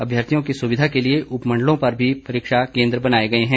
अभ्यर्थियों की सुविधा के लिए उपमंडलों पर भी परीक्षा केंद्र बनाए गए हैं